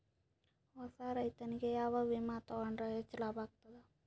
ಹೊಸಾ ರೈತನಿಗೆ ಯಾವ ವಿಮಾ ತೊಗೊಂಡರ ಹೆಚ್ಚು ಲಾಭ ಆಗತದ?